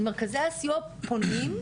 אל מרכזי הסיוע פונים,